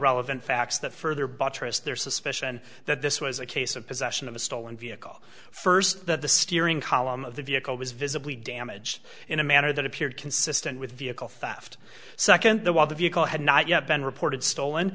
relevant facts that further buttress their suspicion that this was a case of possession of a stolen vehicle first that the steering column of the vehicle was visibly damage in a manner that appeared consistent with vehicle theft second the while the vehicle had not yet been reported stolen